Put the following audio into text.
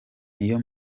niyo